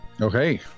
Okay